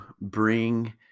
bring